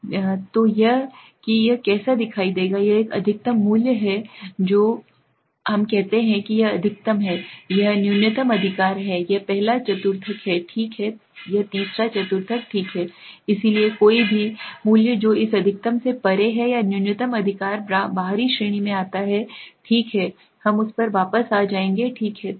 ठीक है तो यह है कि यह कैसा दिखाई देगा यह एक अधिकतम मूल्य है जो यह है अधिकतम मान हम कहते हैं कि यह अधिकतम है यह न्यूनतम अधिकार है यह पहला चतुर्थक है ठीक है यह तीसरा चतुर्थक ठीक है इसलिए कोई भी कोई भी मूल्य जो इस अधिकतम से परे है या न्यूनतम अधिकार बाहरी श्रेणी में आता है ठीक है हम उस पर वापस आ जाएंगे ठीक है